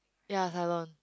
ya cylon